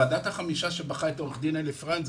ועדת החמישה שבחרה את עורך דין אלי פרנז,